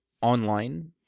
online